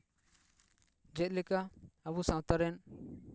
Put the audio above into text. ᱪᱮᱫ ᱞᱮᱠᱟ ᱟᱵᱚ ᱥᱟᱶᱛᱟ ᱨᱮᱱ